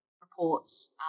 reports